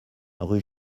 rue